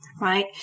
right